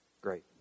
great